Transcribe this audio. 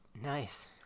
nice